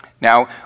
Now